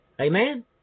Amen